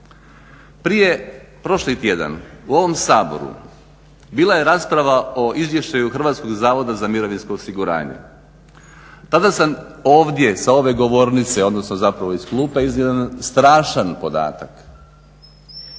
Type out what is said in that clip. Prije, prošli tjedan u ovom Saboru bila je rasprava o Izvještaju Hrvatskog zavoda za mirovinsko osiguranje. Tada sam ovdje sa ove govornice, odnosno zapravo iz klupe iznio jedan strašan podatak,